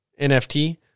NFT